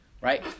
right